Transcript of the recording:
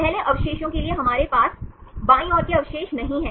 पहले अवशेषों के लिए हमारे पास बाईं ओर के अवशेष नहीं हैं